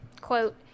quote